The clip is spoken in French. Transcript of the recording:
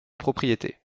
propriété